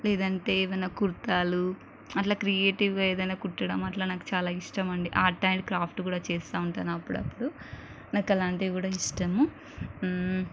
లేదంటే ఏదైన కుర్తాలు అట్లా క్రియేటివ్గా ఏదైనా కుట్టడం అట్లా నాకు చాలా ఇష్టమండి ఆర్ట్ అండ్ క్రాఫ్ట్ కూడా చేస్తూ ఉంటాను అప్పుడప్పుడు నాకలాంటివి కూడా ఇష్టము